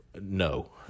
no